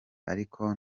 ariko